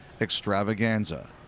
extravaganza